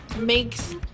makes